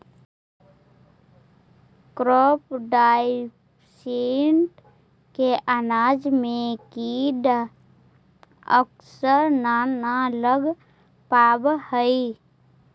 crop diversity से अनाज में कीड़ा अक्सर न न लग पावऽ हइ